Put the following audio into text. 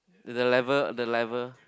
the the level the level